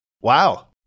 Wow